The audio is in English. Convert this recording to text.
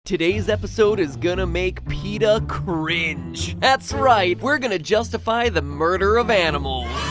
today's episode is gonna make peta cringe. that's right, we're gonna justify the murder of animals.